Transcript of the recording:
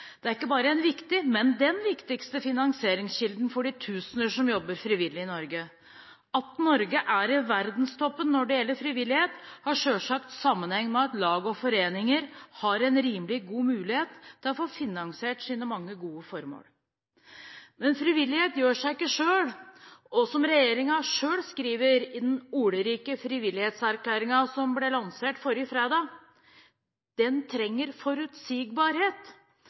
Det er ikke bare en viktig finansieringskilde, men den viktigste finansieringskilden, for de tusener som jobber frivillig i Norge. At Norge er i verdenstoppen når det gjelder frivillighet, har selvsagt sammenheng med at lag og foreninger har en rimelig god mulighet til å få finansiert sine mange gode formål. Men frivillighet gjør seg ikke selv, og – som regjeringen selv skriver i den ordrike frivillighetserklæringen som ble lansert forrige fredag – den trenger forutsigbarhet.